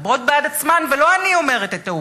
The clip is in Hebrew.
מדברות בעד עצמן, ולא אני אומרת את העובדות,